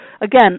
again